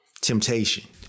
Temptation